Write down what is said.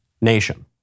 nation